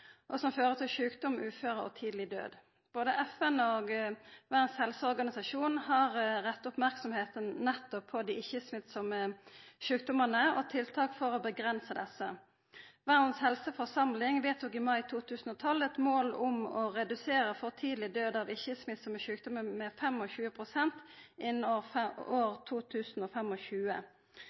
og som fører til uføre og tidleg død. Både FN og Verdas helseorganisasjon har retta merksemda nettopp mot dei ikkje-smittsame sjukdommane og tiltak for å avgrensa desse. Verdas helseforsamling vedtok i mai 2012 eit mål om å redusera for tidleg død av ikkje-smittsame sjukdommar med 25 pst. innan